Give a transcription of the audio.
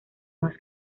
más